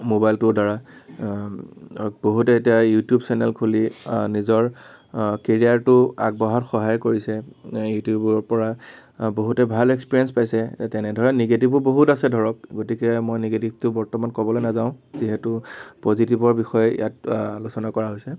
ম'বাইলটোৰদ্বাৰা বহুতে এতিয়া YouTube channel খুলি নিজৰ কেৰিয়াৰটো আগবঢ়োৱাত সহায় কৰিছে ইউটিউবৰপৰা বহুতে ভাল এক্সপিৰিয়েন্স পাইছে তেনেদৰে নিগেটিভো বহুত আছে ধৰক গতিকে মই নিগেটিভটো বৰ্তমান ক'বলৈ নাযাওঁ যিহেতু পজিটিভৰ বিষয়ে ইয়াত আলোচনা কৰা হৈছে